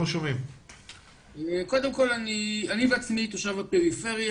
קודם כל, אני בעצמי תושב הפריפריה.